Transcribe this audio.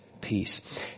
peace